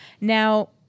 Now